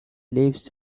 leaves